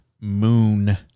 moon